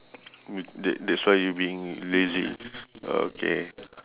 t~ that~ that's why you being lazy okay